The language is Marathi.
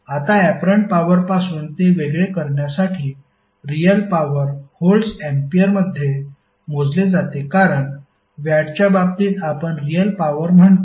आता ऍपरंट पॉवरपासून ते वेगळे करण्यासाठी रियल पॉवर व्होल्ट्स अँपिअरमध्ये मोजले जाते कारण वॅटच्या बाबतीत आपण रियल पॉवर म्हणतो